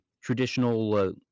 traditional